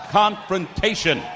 confrontation